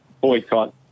Boycott